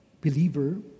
believer